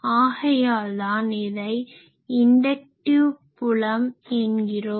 ஆகையால்தான் அதை இன்டக்டிவ் புலம் என்கிறோம்